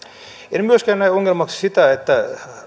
en myöskään näe ongelmaksi sitä että